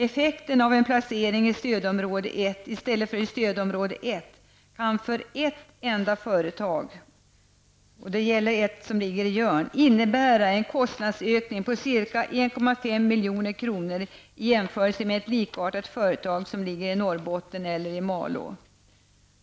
Effekten av en placering i stödområde 2 i stället för i stödområde 1 kan för ett enda företag i Jörn innebära en kostnadsökning på ca 1,5 milj.kr. i jämförelse med ett likartat företag som ligger i Norrbotten eller i Malå.